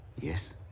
Yes